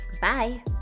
Bye